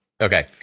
Okay